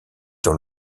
dans